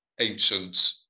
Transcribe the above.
ancient